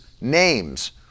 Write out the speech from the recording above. names